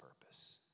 purpose